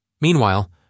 Meanwhile